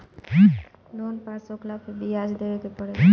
loan pass होखला पअ बियाज देवे के पड़ेला